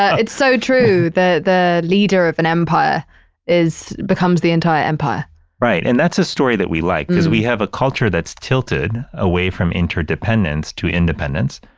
it's so true that the leader of an empire is becomes the entire empire right. and that's a story that we like because we have a culture that's tilted away from interdependence to independence.